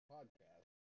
Podcast